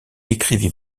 écrivit